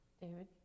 David